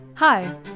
Hi